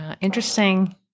Interesting